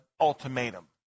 ultimatum